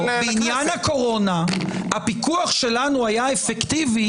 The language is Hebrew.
בעניין הקורונה הפיקוח שלנו היה אפקטיבי,